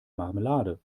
marmelade